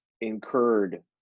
incurred